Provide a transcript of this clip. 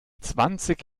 zwanzig